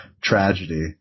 tragedy